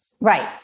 Right